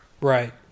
Right